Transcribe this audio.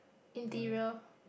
interior